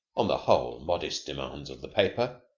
on the whole, modest demands of the paper,